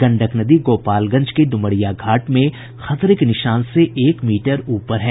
गंडक नदी गोपालगंज के ड्मरिया घाट में खतरे के निशान से एक मीटर ऊपर है